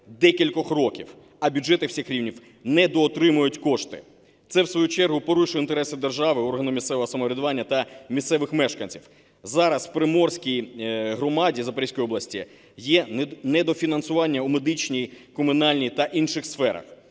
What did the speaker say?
декількох років, а бюджети всіх рівнів недоотримують кошти. Це в свою чергу порушує інтереси держави, органу місцевого самоврядування та місцевих мешканців. Зараз в Приморській громаді Запорізької області є недофінансування у медичній, комунальній та інших сферах.